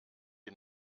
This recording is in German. die